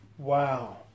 wow